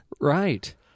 Right